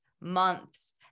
months